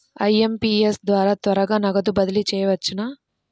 IMPS ద్వారా త్వరగా నగదు బదిలీ చేయవచ్చునా?